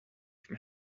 from